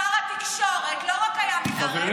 שר התקשורת לא רק היה מתערב,